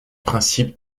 principe